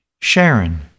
Sharon